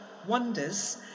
wonders